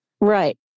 Right